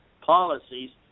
policies